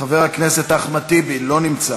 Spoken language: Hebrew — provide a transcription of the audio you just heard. חבר הכנסת אחמד טיבי, לא נמצא,